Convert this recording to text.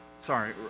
sorry